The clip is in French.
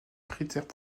critères